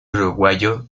uruguayo